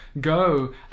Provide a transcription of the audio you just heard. Go